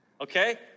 Okay